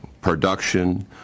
production